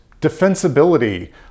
defensibility